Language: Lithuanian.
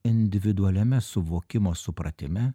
individualiame suvokimo supratime